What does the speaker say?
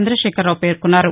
చంద్రశేఖరరావు పేర్కొన్నారు